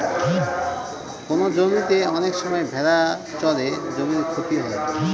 কোনো জমিতে অনেক সময় ভেড়া চড়ে জমির ক্ষতি হয়